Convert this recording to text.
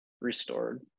restored